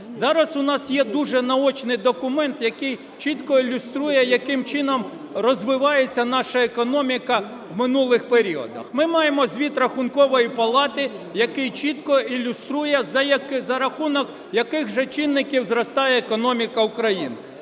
Зараз у нас є дуже наочний документ, який чітко ілюструє, яким чином розвивається наша економіка в минулих періодах. Ми маємо звіт Рахункової палати, який чітко ілюструє, за рахунок яких же чинників зростає економіка України.